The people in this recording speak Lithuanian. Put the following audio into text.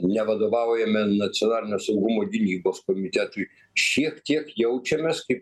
nevadovaujame nacionalinio saugumo gynybos komitetui šiek tiek jaučiamės kaip